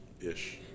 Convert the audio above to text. ish